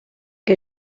que